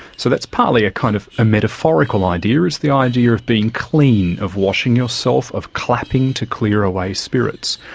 so that's partly a kind of, a metaphorical idea, it's the idea of being clean of washing yourself, of clapping to clear away spirits,